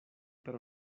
per